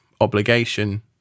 obligation